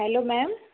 hello ma'am